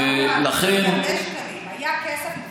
היה כסף.